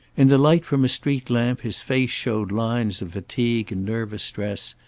in the light from a street lamp his face showed lines of fatigue and nervous stress,